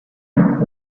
get